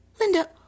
Linda